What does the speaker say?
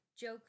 joke